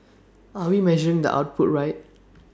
are we measuring the output right